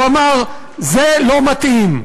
הוא אמר: זה לא מתאים.